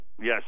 Yes